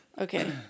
Okay